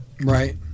right